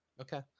Okay